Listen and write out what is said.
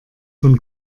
von